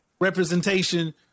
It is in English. representation